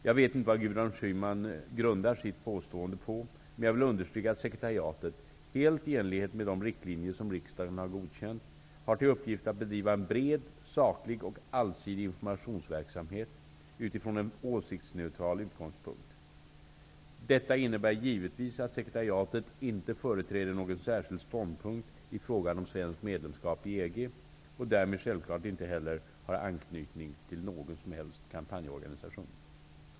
Jag vet inte vad Gudrun Schyman grundar sitt påstående på, men jag vill understryka att sekretariatet, helt i enlighet med de riktlinjer som riksdagen har godkänt, har till uppgift att bedriva en bred, saklig och allsidig informationsverksamhet utifrån en åsiktsneutral utgångspunkt. Detta innebär givetvis att sekretariatet inte företräder någon särskild ståndpunkt i frågan om svenskt medlemskap i EG och därmed självfallet inte heller har anknytning till några kampanjorganisationer.